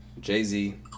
Jay-Z